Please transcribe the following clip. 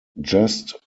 just